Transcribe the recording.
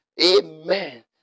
Amen